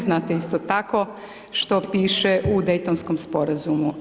Znate isto tako što piše u Dejtonskom sporazumu.